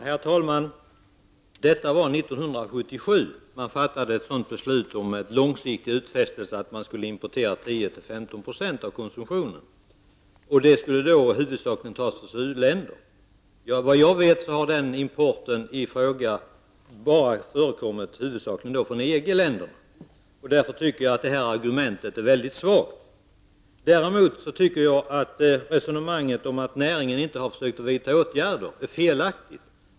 Herr talman! Det var år 1977 som det fattades ett beslut som innebar en långsiktig utfästelse att importera 10--15 % av konsumtionen. Den importen skulle huvudsakligen ske från u-länder. Såvitt jag vet har den importen huvudsakligen kommit från EG-länderna. Jag anser därför att detta argumentet är mycket svagt. Jag anser däremot att resonemanget om att näringen inte har försökt att vidta åtgärder är felaktigt.